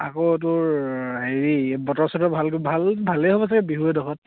আকৌ তোৰ হেৰি বতৰ চতৰ ভাল ভাল ভালেই হ'ব চাগে বিহু এইডেখৰত